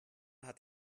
hat